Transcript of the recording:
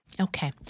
Okay